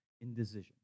indecision